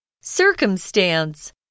Circumstance